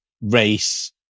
race